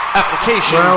application